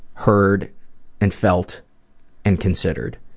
heard and felt and considered.